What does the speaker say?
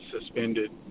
suspended